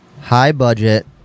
high-budget